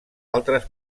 altres